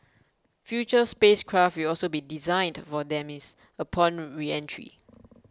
future spacecraft will also be designed for demise upon reentry